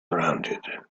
rounded